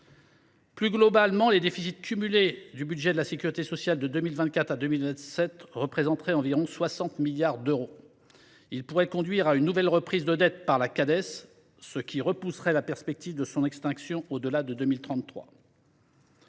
Plus globalement, les déficits cumulés du budget de la sécurité sociale de 2024 à 2027 représenteraient quelque 60 milliards d’euros. Ils pourraient conduire à une nouvelle reprise de dette par la Cades, ce qui repousserait la perspective de son extinction au delà de 2033.